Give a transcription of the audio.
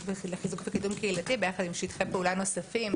לחיזוק ולקידום קהילתי יחד עם שיתופי פעולה נוספים: